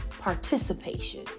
participation